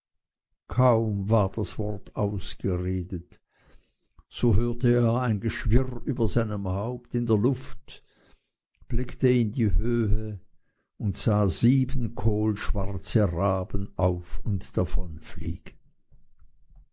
kaum war das wort ausgeredet so hörte er ein geschwirr über seinem haupt in der luft blickte in die höhe und sah sieben kohlschwarze raben auf und davonfliegen